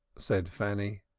said fanny.